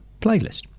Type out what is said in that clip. playlist